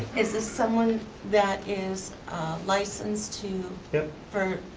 is this someone that is licensed to yep. for?